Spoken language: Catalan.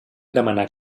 demanar